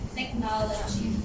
technology